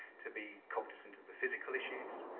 to be cognizant of the physical issues,